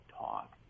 talk